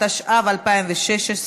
התשע"ו 2016,